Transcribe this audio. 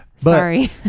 Sorry